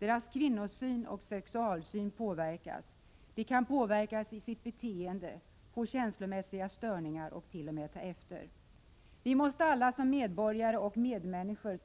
Deras kvinnosyn och sexualsyn påverkas. De kan påverkas i sitt beteende, få känslomässiga störningar och t.o.m. ta efter. Vi måste alla som medborgare och medmänniskor